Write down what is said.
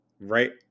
right